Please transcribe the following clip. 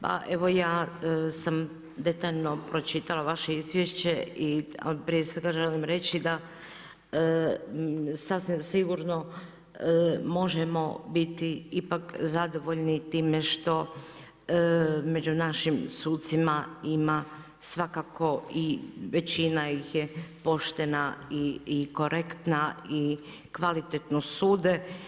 Pa evo ja, sam detaljno pročitala vaše izvješće i al prije svega želim reći da sasvim sigurno možemo biti ipak zadovoljni time što među našim sucima ima svakako i većina ih je poštena i korektna i kvalitetno sude.